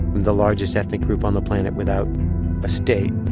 the largest ethnic group on the planet without a state.